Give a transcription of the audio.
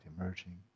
emerging